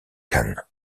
khan